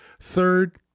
third